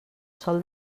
sol